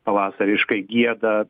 pavasariškai gieda